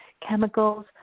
chemicals